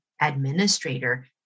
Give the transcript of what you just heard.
administrator